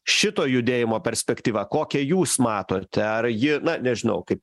šito judėjimo perspektyva kokią jūs matote ar ji na nežinau kaip